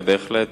בהחלט